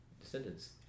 descendants